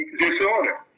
disorder